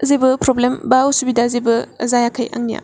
जेबो प्रबलेम बा उसुबिदा जेबो जायाखै आंनिया